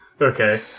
okay